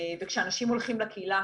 וכשאנשים הולכים לקהילה,